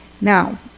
Now